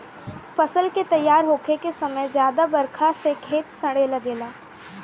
फसल के तइयार होखे के समय ज्यादा बरखा से खेत सड़े लागेला